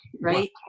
Right